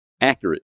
accurate